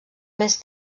més